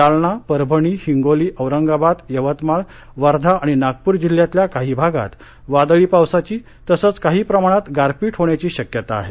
जालना परभणी हिंगोली औरंगाबाद यवतमाळ वर्धा आणि नागपूर जिल्ह्यातल्या काही भागात वादळी पावसाची तसच काही प्रमाणात गारपीट होण्याची शक्यता आहे